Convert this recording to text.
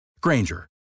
Granger